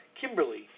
Kimberly